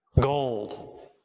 Gold